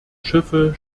schiffe